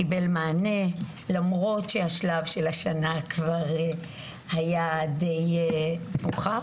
קיבל מענה למרות שבשלב הזה של השנה כבר היה די מאוחר.